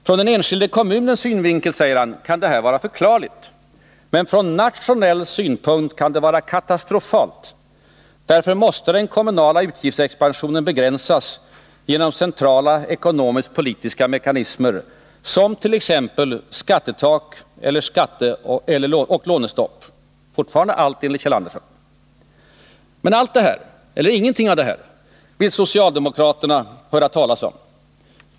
Från den enskilda kommunens synvinkel, säger han, kan detta vara förklarligt. Men från nationell synpunkt kan det vara katastrofalt. Därför måste den kommunala utgiftsexpansionen begränsas genom centrala ekonomisk-politiska mekanismer, som t.ex. skattetak eller skatteoch lånestopp. —- Fortfarande allt enligt Kjeld Andersen. Men ingenting av detta vill socialdemokraterna höra talas om.